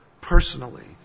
Personally